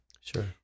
Sure